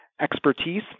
expertise